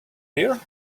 here